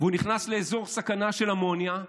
והוא נכנס לאזור סכנה של אמוניה,